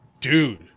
Dude